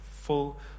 full